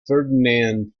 ferdinand